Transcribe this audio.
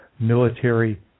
Military